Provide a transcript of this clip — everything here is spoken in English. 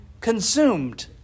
consumed